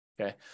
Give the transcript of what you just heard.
Okay